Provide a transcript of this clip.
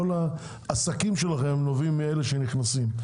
כל העסקים שלכם נוסעים מאלה שנכנסים,